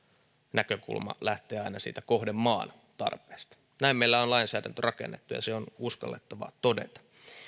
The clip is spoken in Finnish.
näkökulma lähtee aina siitä kohdemaan tarpeesta näin meillä on lainsäädäntö rakennettu ja se on uskallettava todeta